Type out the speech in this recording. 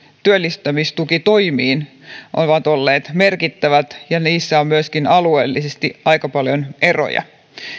työllistämistukitoimiin ovat olleet merkittävät ja niissä on myöskin alueellisesti aika paljon eroja